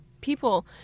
people